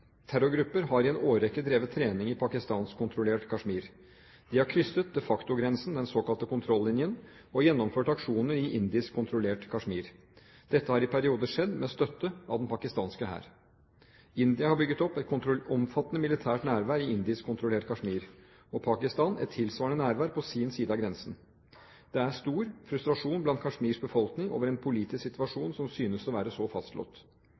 Terrorgrupper har i en årrekke drevet trening i pakistanskkontrollert Kashmir. De har krysset de facto-grensen, den såkalte kontrollinjen, og gjennomført aksjoner i indiskkontrollert Kashmir. Dette har i perioder skjedd med støtte fra den pakistanske hær. India har bygget opp et omfattende militært nærvær i indiskkontrollert Kashmir, og Pakistan et tilsvarende nærvær på sin side av grensen. Det er stor frustrasjon blant Kashmirs befolkning over en politisk situasjon som synes å være